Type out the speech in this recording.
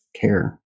care